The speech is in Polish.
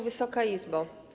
Wysoka Izbo!